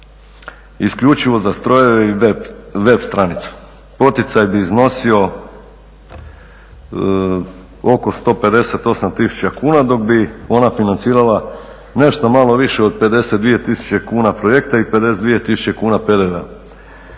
isključivo za strojeve i web stranicu. Poticaj bi iznosio oko 158 tisuća kuna dok bi ona financirala nešto malo više od 52 tisuće kuna projekta i 52 tisuće kuna PDV-a.